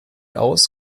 aus